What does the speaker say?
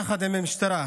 יחד עם המשטרה,